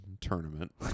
tournament